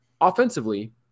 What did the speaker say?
Offensively